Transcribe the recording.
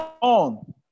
on